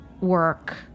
work